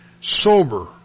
sober